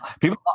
people